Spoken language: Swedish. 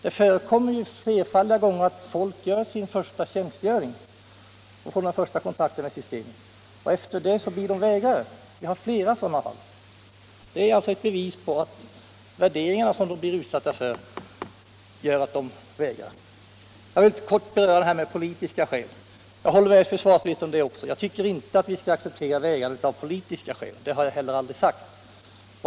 Det förekommer att folk gör sin första tjänstgöring och får den första kontakten med systemet och efter det blir vägrare. Jag känner till flera sådana fall. Detta bevisar att det förekommer att man vägrar på grund av de värderingar man blir utsatt för. Jag vill kort beröra också vägran av politiska skäl. Jag håller med försvarsministern om att vi inte kan acceptera sådan vägran. Det har jag heller aldrig talat för.